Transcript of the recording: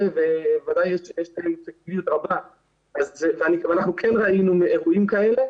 וודאי יש --- אנחנו כן ראינו אירועים כאלה,